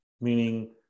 meaning